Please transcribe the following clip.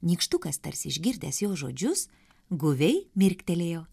nykštukas tarsi išgirdęs jos žodžius guviai mirktelėjo